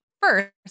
first